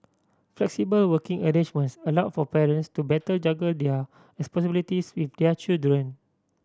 flexible working arrangements allow for parents to better juggle their responsibilities with their children